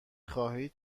خواهید